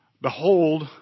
Behold